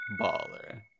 baller